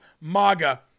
MAGA